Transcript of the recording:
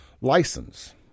license